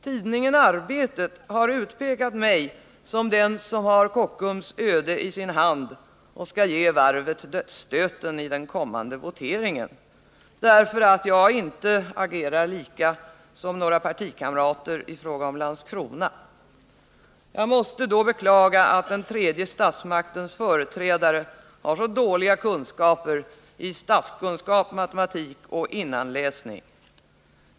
Tidningen Arbetet har utpekat mig som den som har Kockums öde i sin hand och skall ”ge varvet dödsstöten” i den kommande voteringen, därför att jag inte agerar likadant som några partikamrater i fråga om Landskronavarvet. Jag måste då beklaga att den tredje statsmaktens företrädare har så dåliga kunskaper i statskunskap, matematik och innanläsning.